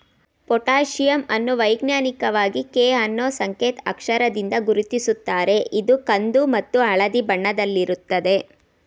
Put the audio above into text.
potassium ಅನ್ನು ವೈಜ್ಞಾನಿಕವಾಗಿ ಕೆ ಅನ್ನೂ ಸಂಕೇತ್ ಅಕ್ಷರದಿಂದ ಗುರುತಿಸುತ್ತಾರೆ ಇದು ಕಂದು ಮತ್ತು ಹಳದಿ ಬಣ್ಣದಲ್ಲಿರುತ್ತದೆ